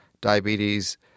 diabetes